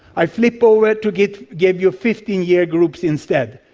i flip over to give give you fifteen year groups instead,